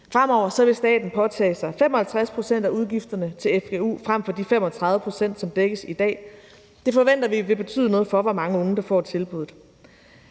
Fremover vil staten påtage sig 55 pct. af udgifterne til fgu frem for de 35 pct., som dækkes i dag. Det forventer vi vil betyde noget for, hvor mange unge der får tilbuddet.